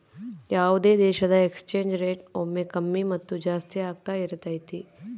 ಯಾವುದೇ ದೇಶದ exchange rate ಒಮ್ಮೆ ಕಮ್ಮಿ ಮತ್ತು ಜಾಸ್ತಿ ಆಗ್ತಾ ಇರತೈತಿ